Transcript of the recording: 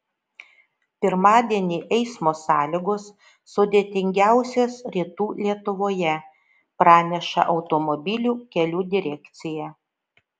pirmadienį eismo sąlygos sudėtingiausios rytų lietuvoje praneša automobilių kelių direkcija